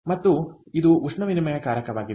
ಆದ್ದರಿಂದ ಇದು ಉಷ್ಣವಿನಿಮಯಕಾರಕವಾಗಿದೆ